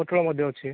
ପୋଟଳ ମଧ୍ୟ ଅଛି